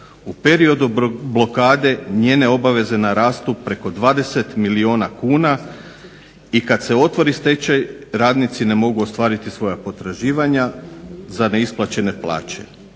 U periodu blokade njene obaveze narastu preko 20 milijuna kuna i kad se otvori stečaj radnici ne mogu ostvariti svoja potraživanja za neisplaćene plaće.